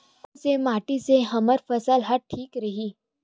कोन से माटी से हमर फसल ह ठीक रही?